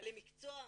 בעלי מקצוע.